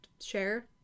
share